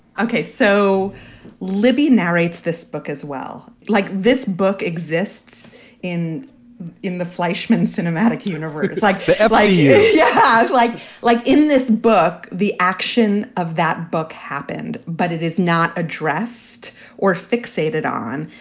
ok, so libby narrates this book as well. like this book exists in in the fleischmann's cinematic universe, like the idea yeah like like in this book, the action of that book happened, but it is not addressed or fixated on.